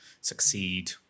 succeed